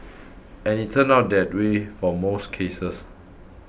and it's turned out that way for most cases